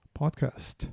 podcast